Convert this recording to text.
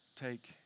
take